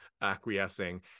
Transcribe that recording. acquiescing